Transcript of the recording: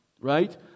right